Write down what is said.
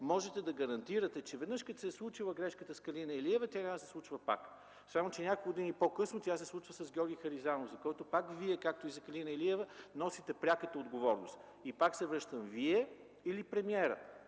можете да гарантирате – че като се е случила веднъж грешката с Калина Илиева, тя няма да се случва пак. Само че няколко години по-късно тя се случи с Георги Харизанов, за който Вие, както и за Калина Илиева, носите пряката отговорност. И пак се връщам – Вие или премиерът